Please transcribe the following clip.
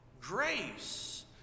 Grace